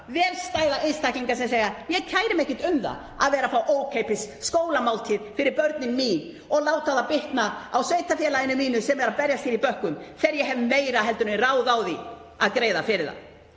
vel stæða einstaklinga sem segja: Ég kæri mig ekkert um að fá ókeypis skólamáltíðir fyrir börnin mín og láta það bitna á sveitarfélaginu mínu sem er að berjast í bökkum þegar ég hef meira en ráð á því að greiða fyrir það.